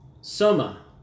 Soma